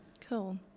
cool